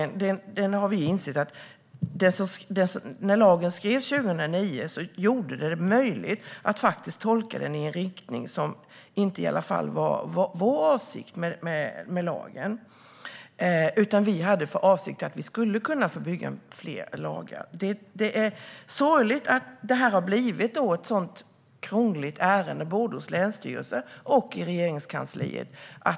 När lagen skrevs 2009 gjorde den det möjligt att tolka den i en riktning som vi inte avsåg. Vi hade för avsikt att det skulle kunna byggas fler bostäder. Det är sorgligt att det har blivit så krångliga och långdragna överklaganden både hos länsstyrelserna och i Regeringskansliet.